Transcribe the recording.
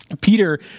Peter